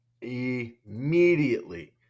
Immediately